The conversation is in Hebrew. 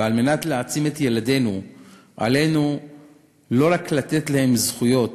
ועל מנת להעצים את ילדינו עלינו לא רק לתת להם זכויות